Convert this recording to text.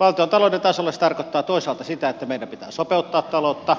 valtiontalouden tasolla se tarkoittaa toisaalta sitä että meidän pitää sopeuttaa taloutta